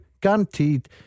Guaranteed